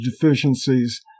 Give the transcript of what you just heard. deficiencies